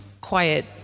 quiet